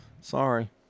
sorry